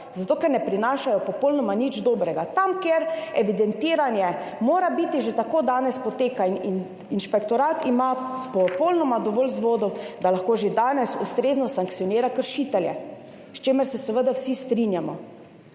zato ker ne prinašajo popolnoma nič dobrega. Tam, kjer evidentiranje mora biti, že tako danes poteka in inšpektorat ima popolnoma dovolj vzvodov, da lahko že danes ustrezno sankcionira kršitelje, s čimer se seveda vsi strinjamo.